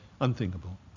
Unthinkable